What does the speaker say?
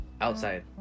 outside